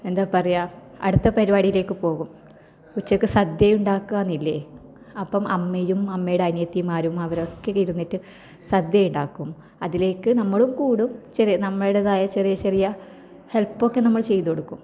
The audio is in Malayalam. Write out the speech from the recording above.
എന്താണ് പറയുക അടുത്ത പരിപാടിയിലേക്ക് പോകും ഉച്ചയ്ക്ക് സദ്യ ഉണ്ടാക്കാനില്ലേ അപ്പം അമ്മയും അമ്മയുടെ അനിയത്തിമാരും അവരൊക്കെ ഇരുന്നിട്ട് സദ്യ ഉണ്ടാക്കും അതിലേക്ക് നമ്മൾ കൂടും ചെറിയ നമ്മളുടേതായ ചെറിയ ചെറിയ ഹെൽപ്പ് ഒക്കെ നമ്മൾ ചെയ്തുകൊടുക്കും